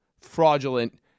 fraudulent